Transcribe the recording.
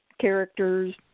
characters